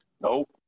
Nope